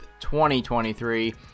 2023